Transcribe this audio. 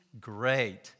great